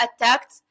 attacked